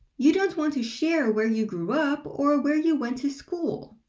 you don't want to share where you grew up or where you went to school.